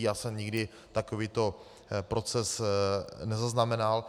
Já jsem nikdy takovýto proces nezaznamenal.